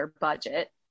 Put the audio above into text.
budget